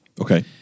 okay